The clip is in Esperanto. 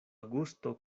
gusto